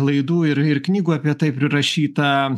laidų ir ir knygų apie tai prirašyta